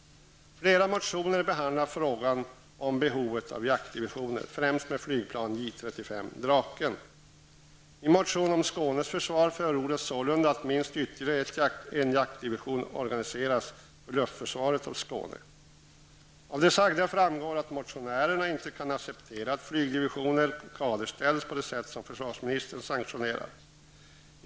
Flera motioner behandlar frågan om behovet av jaktdivisioner, främst med flygplan J 35 Draken. I en motion om Skånes försvar förordas sålunda att minst ytterligare en jaktdivision organiseras för luftförsvaret av Skåne. Av det sagda framgår att motionärerna inte kan acceptera att flygdivisioner kaderställs på det sätt som försvarsministern sanktionerat.